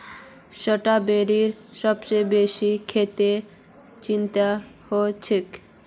स्ट्रॉबेरीर सबस बेसी खेती चीनत ह छेक